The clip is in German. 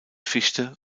fichte